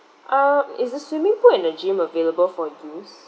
err it's the swimming pool and the gym available for use